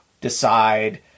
decide